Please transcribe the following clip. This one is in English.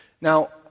Now